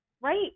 right